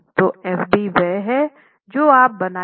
तो F b वह है जो आप बनाए रखते हैं